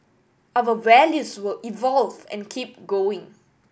our values will evolve and keep going